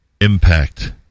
impact